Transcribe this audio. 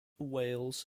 whales